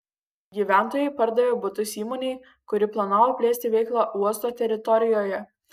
gyventojai pardavė butus įmonei kuri planavo plėsti veiklą uosto teritorijoje